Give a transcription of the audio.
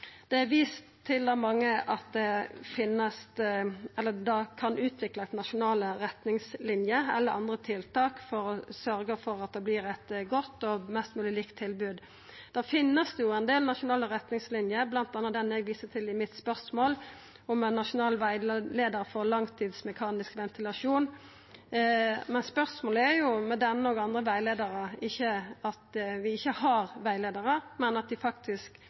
Det er av mange vist til at ein kan utvikla nasjonale retningslinjer eller andre tiltak for å sørgja for at det vert eit godt og mest mogleg likt tilbod. Det finst ein del nasjonale retningslinjer, bl.a. den eg viste til i spørsmålet mitt, om «Nasjonal veileder for langtids mekanisk ventilasjon». Men spørsmålet er jo - med denne rettleiaren og andre - ikkje om vi har rettleiarar, men om dei faktisk